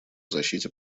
защите